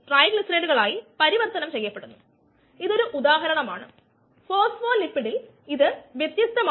വളർച്ചാ നിരക്കിന്റെ വ്യതിയാനം മോണോഡ് സമവാക്യം നമുക്ക് നൽകി നിങ്ങൾക്കറിയാമോ കൾച്ചർ വളർച്ചാ നിരക്ക് സബ്സ്ട്രേറ്റ് കോൺസെൻട്രേഷൻ അടങ്ങിയത് ഇത് വളരെ വ്യത്യസ്തമാണ്